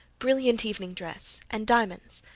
brilliant evening dress, and diamonds,